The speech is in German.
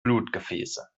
blutgefäße